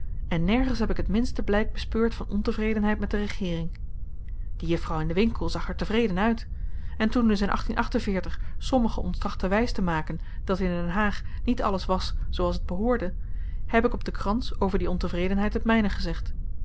ik en nergens heb ik t minste blijk bespeurd van ontevredenheid met de regeering die juffrouw in den winkel zag er tevreden uit en toen dus in sommigen ons trachtten wys te maken dat in den haag niet alles was zoo als t behoorde heb ik op den krans over die ontevredenheid het myne gezegd